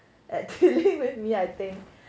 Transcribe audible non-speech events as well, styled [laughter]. at [laughs] dealing with me I think